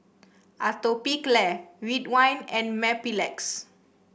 Atopiclair Ridwind and Mepilex